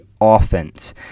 offense